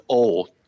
old